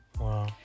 Wow